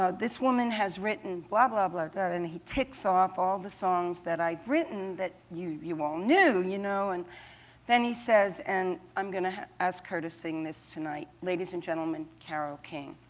ah this woman has written blah, blah, blah and he ticks off all the songs that i've written that you you all knew. you know and then he says, and i'm going to ask her to sing this tonight. ladies and gentlemen, carole king.